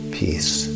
peace